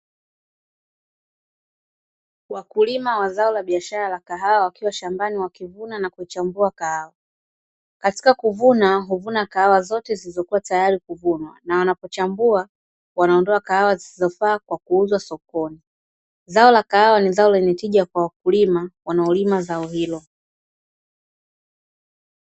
Wakulima wa zao la kahawa wakiwa shambani wakivuna na kuchambua kahawa, katika kuvuna huvuna kahawa zote zilizo tayari kuvunwa, huchambua kuondoa kahawa zote zifisizofaa kupelekwa sokoni, Zao la kahawa ni zao lenye tija kwa wakulima wanaolima zao hilo.